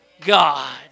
God